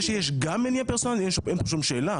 זה שישגם מניע פרסונלי, אין שום שאלה.